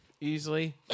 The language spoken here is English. easily